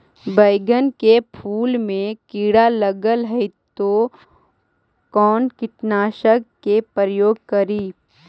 बैगन के फुल मे कीड़ा लगल है तो कौन कीटनाशक के प्रयोग करि?